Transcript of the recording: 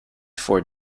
for